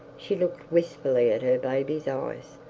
she looked wistfully at her baby's eyes,